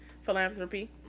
philanthropy